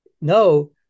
no